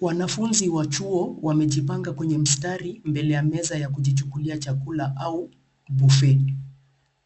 Wanafunzi wa chuo, wamejipanga kwenye mstari mbele ya meza ya kujichukulia chakula au buffet .